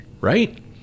Right